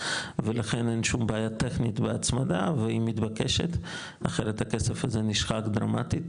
ולכן אין שום בעיה טכנית בהצמדה והיא מתבקשת אחרת הכסף הזה נשחק דרמטית,